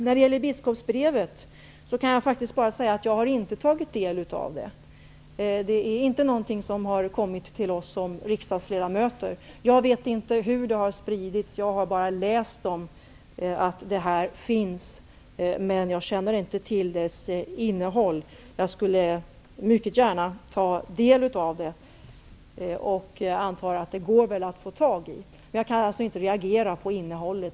När det gäller biskopsbrevet har jag inte tagit del av detta. Det är inte något som har kommit till oss i egenskap av riksdagsledamöter. Jag vet inte hur biskopsbrevet har spridits. Jag har bara läst om att detta brev finns, men jag känner inte till dess innehåll. Jag skulle mycket gärna vilja ta del av brevet, och antar att det går att få tag i det. Men jag kan alltså inte nu reagera på innehållet.